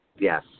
Yes